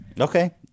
Okay